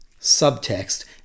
Subtext